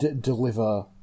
deliver